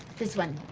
this one.